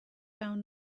found